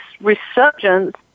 resurgence